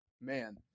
man